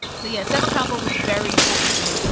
so yes, every couple was very important to me,